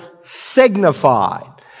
signified